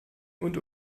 und